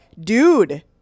dude